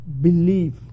believe